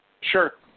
Sure